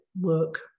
work